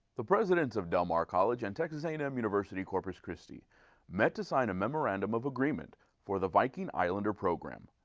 the presidents of del mar college and texas a and m university-corpus christi met to sign a memorandum of agreement for the viking islander program.